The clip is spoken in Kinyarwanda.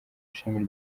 ishami